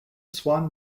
swan